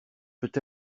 peut